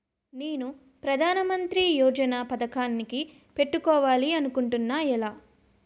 నేను ప్రధానమంత్రి యోజన పథకానికి పెట్టుకోవాలి అనుకుంటున్నా ఎలా?